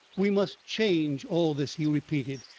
we must change all this, he repeated,